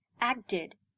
acted